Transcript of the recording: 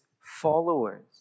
followers